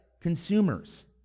consumers